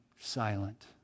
silent